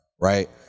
right